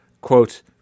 quote